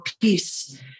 peace